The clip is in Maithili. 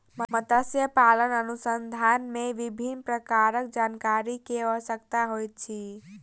मत्स्य पालन अनुसंधान मे विभिन्न प्रकारक जानकारी के आवश्यकता होइत अछि